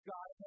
God